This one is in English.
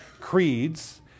creeds